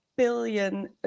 billion